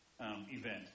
event